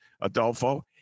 Adolfo